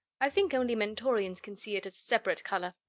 i think only mentorians can see it as separate color.